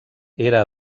era